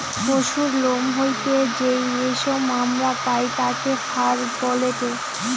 পশুর লোম হইতে যেই রেশম আমরা পাই তাকে ফার বলেটে